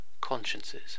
consciences